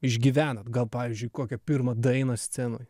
išgyvenot gal pavyzdžiui kokią pirmą dainą scenoj